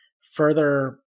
further